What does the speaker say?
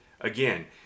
again